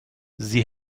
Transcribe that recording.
sie